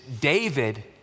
David